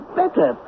better